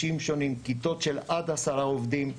כיתות של עד 10 עובדים.